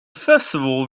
festival